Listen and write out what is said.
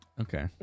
okay